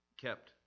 kept